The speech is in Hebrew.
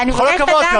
עם כל הכבוד,